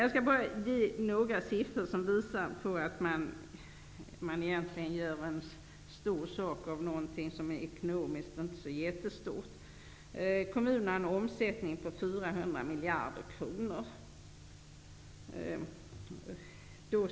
Jag skall ge några siffror som visar på att man gör en stor sak av något som ekonomiskt inte är så jättestort. Kommunerna har en omsättning på 400 miljarder kronor.